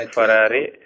Ferrari